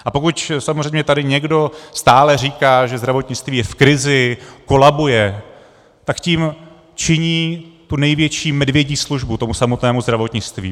A pokud samozřejmě tady někdo stále říká, že zdravotnictví je v krizi, kolabuje, tak tím činí tu největší medvědí službu samotnému zdravotnictví.